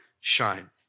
shine